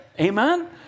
Amen